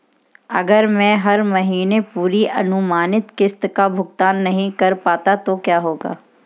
अगर मैं हर महीने पूरी अनुमानित किश्त का भुगतान नहीं कर पाता तो क्या होगा?